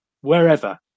wherever